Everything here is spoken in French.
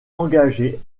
engagé